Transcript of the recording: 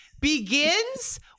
begins